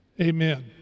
Amen